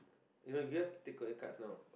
you know you have take out your cards now